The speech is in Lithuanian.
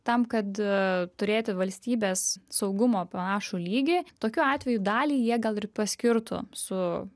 tam kad e turėti valstybės saugumo panašų lygį tokiu atveju dalį jie gal ir paskirtų su